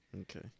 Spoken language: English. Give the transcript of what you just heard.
Okay